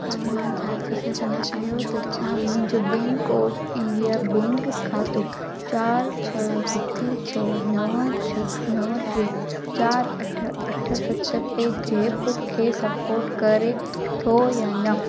छा तव्हां जाचे सघंदा आहियो त छा मुंहिंजो बैंक ऑफ इंडिया बैंक खातो चार छ्ह हिकु छ्ह नवं छ्ह नवं टे चार अठ अठ सत पेजेप्प खे सपोर्ट करे थो या न